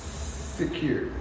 secure